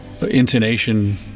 Intonation